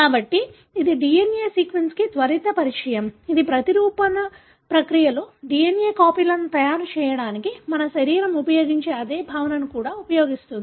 కాబట్టి ఇది DNA సీక్వెన్సింగ్కు త్వరిత పరిచయం ఇది ప్రతిరూపణ ప్రక్రియలో DNA కాపీలను తయారు చేయడానికి మన శరీరం ఉపయోగించే అదే భావనను కూడా ఉపయోగిస్తుంది